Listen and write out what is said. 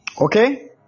okay